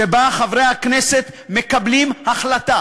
שבו חברי הכנסת מקבלים החלטה